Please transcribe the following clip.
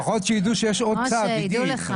לפחות שידעו שיש עוד צד עידית.